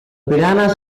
piranhas